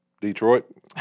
Detroit